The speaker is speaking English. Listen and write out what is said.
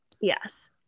Yes